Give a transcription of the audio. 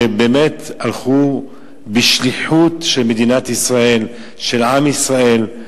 שבאמת הלכו בשליחות של מדינת ישראל, של עם ישראל,